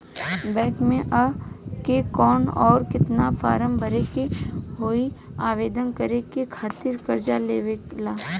Bank मे आ के कौन और केतना फारम भरे के होयी आवेदन करे के खातिर कर्जा लेवे ला?